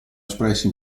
espressi